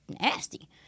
nasty